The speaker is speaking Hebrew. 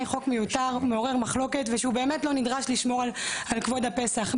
הוא מעורר מחלוקת והוא באמת לא נדרש לשמור על כבוד הפסח.